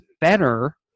better